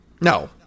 No